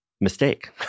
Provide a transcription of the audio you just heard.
mistake